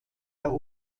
der